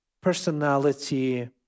personality